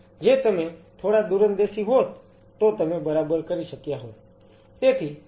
જે તમે થોડા દૂરંદેશી હોત તો તમે બરાબર કરી શક્યા હોત